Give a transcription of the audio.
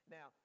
Now